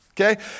Okay